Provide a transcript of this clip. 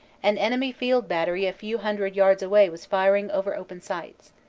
an enemy field battery a few hundred yards away was firing over open sights.